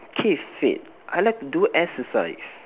keep fit I like to do exercise